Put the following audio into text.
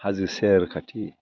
हाजो सेर खाथि